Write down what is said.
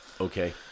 Okay